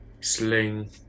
sling